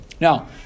Now